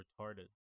retarded